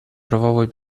правовой